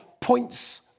points